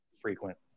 frequent